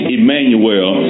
Emmanuel